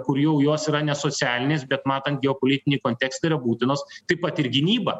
kur jau jos yra nesocialinės bet matant geopolitinį kontekstą yra būtinos taip pat ir gynyba